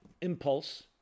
impulse